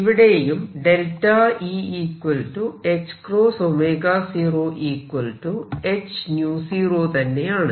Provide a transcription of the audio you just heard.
ഇവിടെയും E 0 h0 തന്നെയാണ്